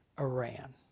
Iran